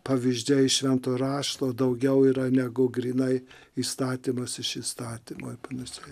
pavyzdžiai iš švento rašto daugiau yra negu grynai įstatymas iš įstatymo ir panašiai